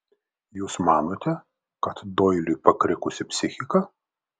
jūs manote kad doiliui pakrikusi psichika